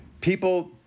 People